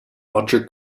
roger